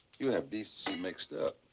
you have decent mixed up.